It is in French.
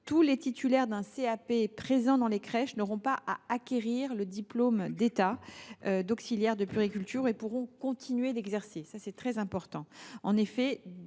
poste. Les titulaires d’un CAP présents dans les crèches n’auront pas à acquérir le diplôme d’État d’auxiliaire de puériculture et pourront continuer d’exercer. En effet, de